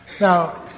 Now